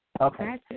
okay